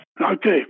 Okay